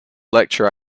lecture